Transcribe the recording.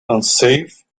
unsafe